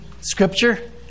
scripture